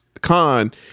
Khan